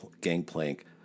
gangplank